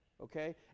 Okay